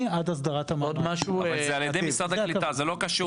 עד הסדרה- -- זה על ידי משרד הקליטה.